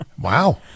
Wow